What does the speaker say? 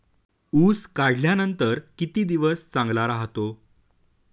ऊस काढल्यानंतर किती दिवस चांगला राहतो?